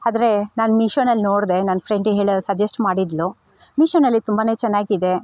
ಆದ್ರೆ ನಾನು ಮಿಶೋನಲ್ಲಿ ನೋಡಿದೆ ನನ್ನ ಫ್ರೆಂಡಿಗೆ ಹೇಳ ಸಜೆಶ್ಟ್ ಮಾಡಿದ್ಳು ಮಿಶೋನಲ್ಲಿ ತುಂಬಾ ಚೆನ್ನಾಗಿದೆ